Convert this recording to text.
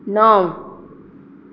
णव